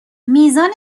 میزان